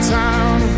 town